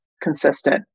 consistent